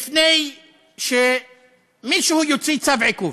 לפני שמישהו יוציא צו עיכוב.